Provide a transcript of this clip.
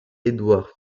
édouard